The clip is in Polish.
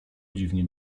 dziwnie